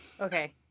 Okay